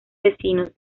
vecinos